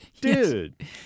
Dude